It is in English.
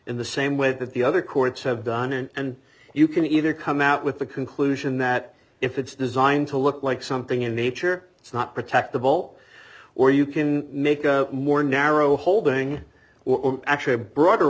in the same way that the other courts have done and you can either come out with the conclusion that if it's designed to look like something in nature it's not protect the ball or you can make a more narrow holding or actually a broader